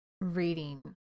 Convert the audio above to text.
reading